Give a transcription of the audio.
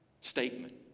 statement